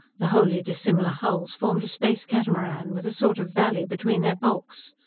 the wholly dissimilar hulls formed a space-catamaran, with a sort of valley between their bulks.